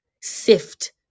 sift